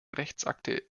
rechtsakte